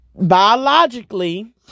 biologically